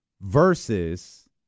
versus